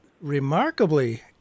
remarkably